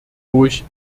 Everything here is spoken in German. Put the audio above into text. durch